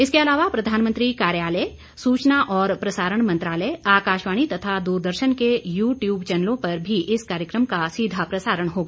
इसके अलावा प्रधानमंत्री कार्यालय सूचना और प्रसारण मंत्रालय आकाशवाणी तथा दूरदर्शन के यूट्यूब चैनलों पर भी इस कार्यक्रम का सीधाप्रसारण होगा